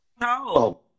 No